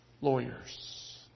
lawyers